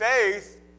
Faith